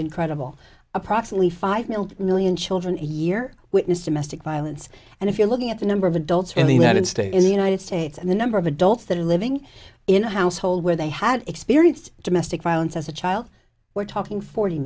incredible approximately five million children a year witness domestic violence and if you're looking at the number of adults in the united states in the united states and the number of adults that are living in a household where they had experienced domestic violence as a child we're talking forty